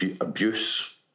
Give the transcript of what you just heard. abuse